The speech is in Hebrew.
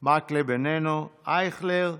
מקלב, איננו, אייכלר,